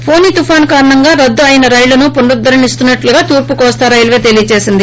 ఫోని తుపాను కారణంగా రద్దు అయిన రైళ్ళను పునరుద్దరిస్తున్నట్లుగా తూర్పు కోస్తా రైల్వే తెలియచేసింది